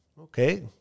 Okay